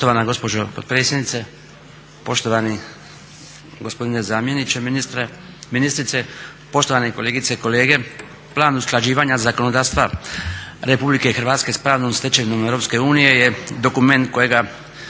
Poštovana gospođo potpredsjednice, poštovani gospodine zamjeniče ministrice, poštovane kolegice i kolege. Plan usklađivanja zakonodavstva Republike Hrvatske s pravnom stečevinom Europske unije je dokument kojega